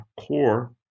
core